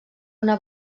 una